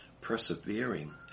persevering